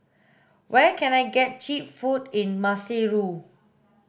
where can I get cheap food in Maseru